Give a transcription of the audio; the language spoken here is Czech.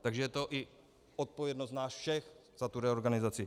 Takže je to i odpovědnost nás všech za tu reorganizaci.